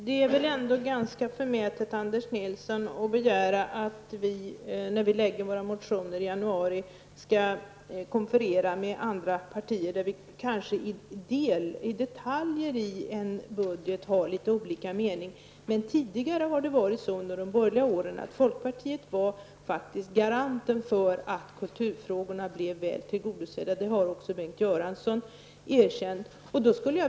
Herr talman! Det är väl ändå ganska förmätet, Anders Nilsson, att begära att vi när vi lämnar våra motioner i januari skall konferera med andra partier när vi kanske i detalj i en budget har litet olika meningar. Tidigare, under de borgerliga åren, var det så att folkpartiet faktiskt var garanten för att kulturanspråken blev väl tillgodosedda. Det har också Bengt Göransson erkänt.